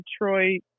Detroit